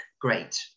great